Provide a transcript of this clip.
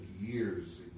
years